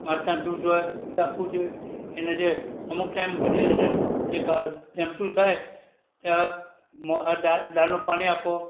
માતાનુ દૂધ હોય દૂધ આપવું જોઈએ એને જે અમુક ટાઈમ પછી એને જે કાંઈ જમતું થાય તે દાળનું પાણી આપો